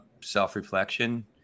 self-reflection